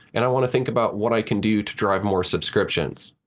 and i want to think about what i can do to drive more subscriptions.